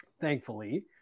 thankfully